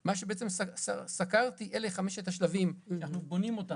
מה שסקרתי אלה חמשת השלבים שאנחנו בונים.